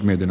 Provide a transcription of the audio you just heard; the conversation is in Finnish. meidän